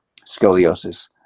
scoliosis